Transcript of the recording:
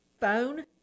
phone